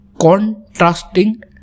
contrasting